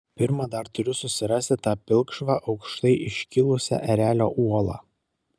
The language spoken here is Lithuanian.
pirma dar turiu susirasti tą pilkšvą aukštai iškilusią erelio uolą